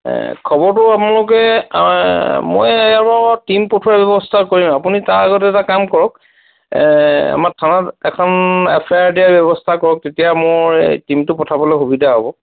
এ খবৰটো মোক এই মই বাৰু টীম পঠোৱাৰ ব্যৱস্থা কৰিম আপুনি তাৰ আগতে এটা কাম কৰক আমাৰ থানাত এখন এফায়াৰ দিয়াৰ ব্যৱস্থা কৰক তেতিয়া মই টীমটো পঠাবলৈ সুবিধা হ'ব